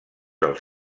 els